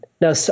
Now